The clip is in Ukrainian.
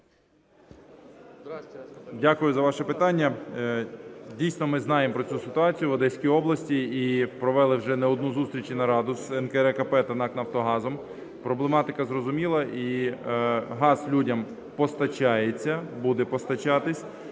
Дякую за ваше питання. Дійсно, ми знаємо про цю ситуацію в Одеській області і провели вже не одну зустріч і нараду з НКРЕКП та НАК "Нафтогазом". Проблематика зрозуміла, і газ людям постачається, буде постачатися,